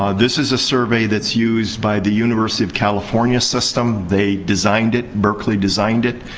um this is a survey that's used by the university of california system. they designed it. berkeley designed it.